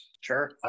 Sure